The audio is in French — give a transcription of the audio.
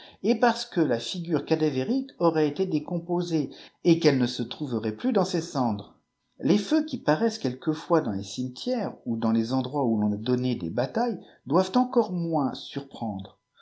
et parce que la ure cadavérique aurait été décomposée et qu'elle ne se trouverait plus dans ses cendres les feux qui paraissent quelouefois dans eé cimetières ou dans les endroits où l'on a donné aes batailles doivent encorp moins surprendre